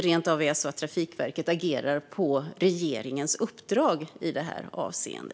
Agerar Trafikverket rent av på regeringens uppdrag i detta avseende?